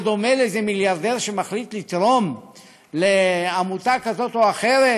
זה דומה לאיזה מיליארדר שמחליט לתרום לעמותה כזאת או אחרת